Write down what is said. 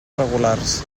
regulars